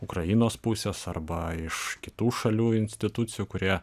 ukrainos pusės arba iš kitų šalių institucijų kurie